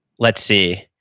let's see.